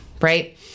right